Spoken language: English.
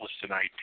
tonight